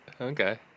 Okay